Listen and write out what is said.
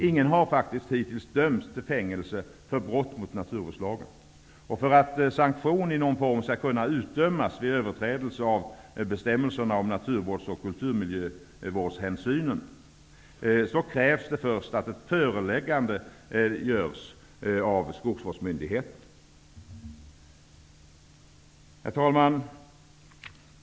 Ingen har hittills dömts till fängelse för brott mot naturvårdslagen. För att sanktion i någon form skall kunna utdömas vid överträdelse av bestämmelserna om naturvårds och kulturmiljövårdshänsyn, krävs det först att ett föreläggande görs av skogsvårdsmyndigheten. Herr talman!